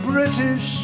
British